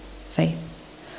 faith